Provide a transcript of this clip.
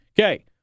Okay